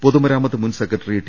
പൊതുമരാമത്ത് മുൻ secretary T